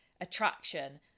attraction